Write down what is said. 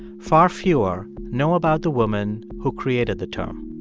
far fewer know about the woman who created the term